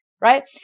right